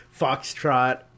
Foxtrot